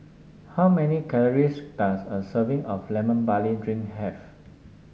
how many calories does a serving of Lemon Barley Drink have